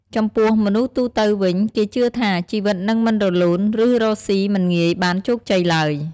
ចំពោះមនុស្សទូទៅវិញ គេជឿថា ជីវិតនឹងមិនរលូន ឬរកស៊ីមិនងាយបានជោគជ័យទ្បើយ។